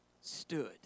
stood